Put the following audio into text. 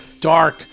dark